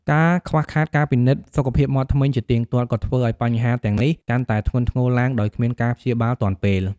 ការខ្វះខាតការពិនិត្យសុខភាពមាត់ធ្មេញជាទៀងទាត់ ក៏ធ្វើឱ្យបញ្ហាទាំងនេះកាន់តែធ្ងន់ធ្ងរឡើងដោយគ្មានការព្យាបាលទាន់ពេល។